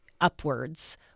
upwards